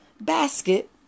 basket